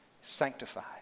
sanctified